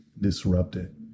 disrupted